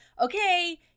okay